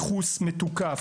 ייחוס מתוקף,